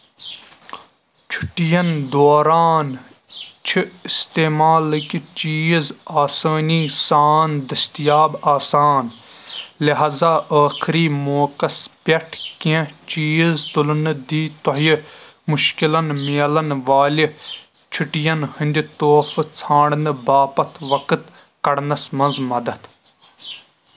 چھُٹِین دوران چھِ استعمالٕكۍ چیٖز آسٲنی سان دٔستِیاب آسان لہاذا ٲخری موقعس پٮ۪ٹھ كینہہ چیٖز تُلٕنہٕ دی تۄہہِ مُشكِلن میلن والہِ چھُٹِین ہٕندِ طوفہٕ ژھانڈنہٕ باپتھ وقت كڑنس منز مدد